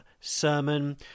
Sermon